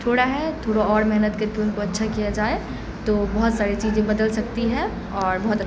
تھوڑا ہے تھوڑا اور محنت کرکے ان کو اچھا کیا جائے تو بہت ساری چیزیں بدل سکتی ہیں اور بہت